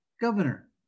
governor